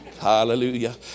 Hallelujah